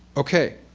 ok.